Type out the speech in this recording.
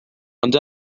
ond